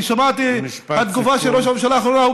אני שמעתי את התגובה של ראש הממשלה, האחרונה.